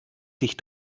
sich